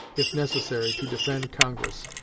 if necessary, to defend congress,